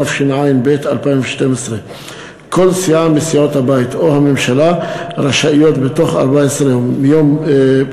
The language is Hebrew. התשע"ב 2012. כל סיעה מסיעות הבית או הממשלה רשאיות בתוך 14 יום ממועד